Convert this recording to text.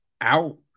out